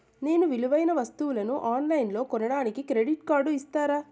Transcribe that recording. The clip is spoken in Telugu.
నేను విలువైన వస్తువులను ఆన్ లైన్లో కొనడానికి క్రెడిట్ కార్డు ఇస్తారా?